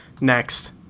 Next